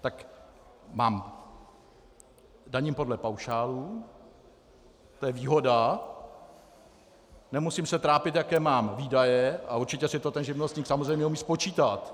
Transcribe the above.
Tak daním podle paušálu, to je výhoda, nemusím se trápit, jaké mám výdaje, a určitě si to ten živnostník samozřejmě umí spočítat.